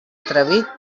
atrevit